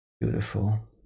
Beautiful